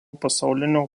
pasaulinio